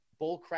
bullcrap